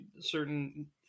certain